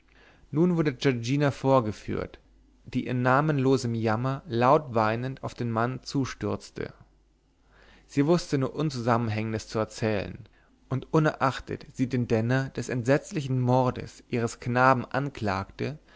nun wurde giorgina vorgeführt die in namenlosem jammer laut weinend auf den mann zustürzte sie wußte nur unzusammenhängendes zu erzählen und unerachtet sie den denner des entsetzlichen mordes ihres knaben anklagte